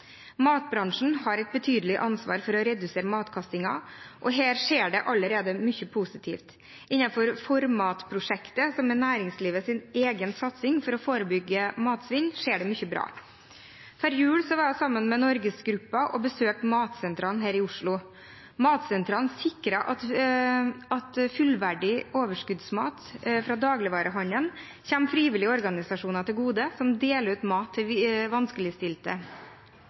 Matbransjen har et betydelig ansvar for å redusere matkastingen, og her skjer det allerede mye positivt. Innenfor ForMat-prosjektet, som er næringslivets egen satsing for å forebygge matsvinn, skjer det mye bra. Før jul var jeg sammen med NorgesGruppen og besøkte Matsentralen her i Oslo. Matsentralen sikrer at fullverdig overskuddsmat fra dagligvarehandelen kommer frivillige organisasjoner som deler ut mat til vanskeligstilte,